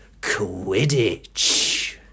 Quidditch